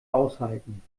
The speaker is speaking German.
aushalten